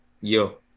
Yo